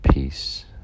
Peace